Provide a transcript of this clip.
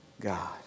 God